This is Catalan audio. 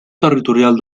territorial